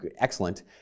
excellent